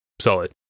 solid